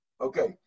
Okay